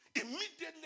Immediately